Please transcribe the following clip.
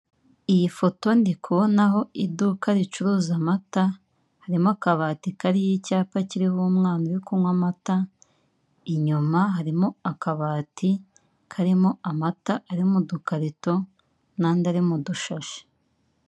Iyi foto ndi kubonaho iduka ricuruza amata, harimo akabati kariho icyapa kiriho umwana uri kunywa amata, inyuma harimo akabati karimo amata ari mu dukarito n'andi ari mu dushashi.